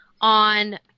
on